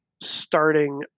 starting